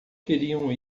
queriam